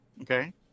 Okay